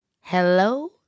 hello